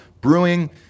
Brewing